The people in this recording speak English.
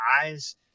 eyes